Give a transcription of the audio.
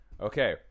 okay